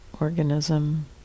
organism